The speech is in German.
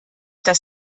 dass